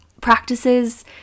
practices